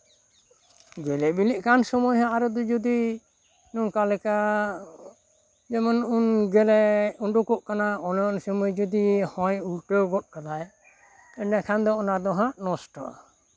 ᱜᱮᱞᱮ ᱵᱤᱞᱤ ᱥᱚᱢᱚᱭ ᱦᱟᱜ ᱟᱨᱚ ᱜᱮ ᱡᱚᱫᱤ ᱱᱚᱝᱠᱟ ᱞᱮᱠᱟ ᱡᱮᱢᱚᱱ ᱩᱱ ᱜᱮᱞᱮ ᱩᱰᱩᱠᱚᱜ ᱠᱟᱱᱟ ᱩᱱ ᱥᱚᱢᱚᱭ ᱡᱚᱫᱤ ᱦᱚᱭ ᱩᱞᱴᱟᱹᱣ ᱜᱚᱫ ᱠᱟᱫᱟᱭ ᱮᱱᱰᱮᱠᱷᱟᱱ ᱫᱚ ᱚᱱᱟ ᱫᱚ ᱦᱟᱜ ᱱᱚᱥᱴᱚᱜᱼᱟ